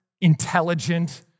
intelligent